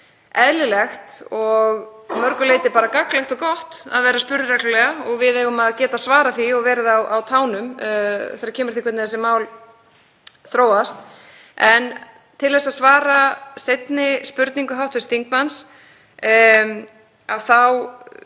eðlilegt og að mörgu leyti bara gagnlegt og gott að vera spurð reglulega. Við eigum að geta svarað því og verið á tánum þegar kemur að því hvernig þessi mál þróast. Til að svara seinni spurningu hv. þingmanns þá